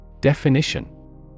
Definition